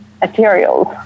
materials